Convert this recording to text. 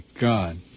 God